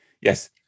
Yes